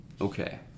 okay